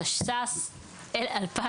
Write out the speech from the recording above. התש"ס-2000